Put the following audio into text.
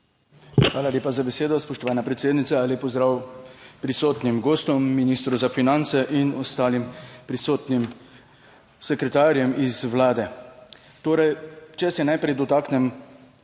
Hvala lepa za besedo, spoštovana predsednica. Lep pozdrav prisotnim gostom, ministru za finance in ostalim prisotnim sekretarjem iz Vlade! Torej, če se najprej dotaknem